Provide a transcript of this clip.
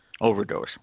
overdose